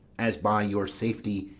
as by your safety,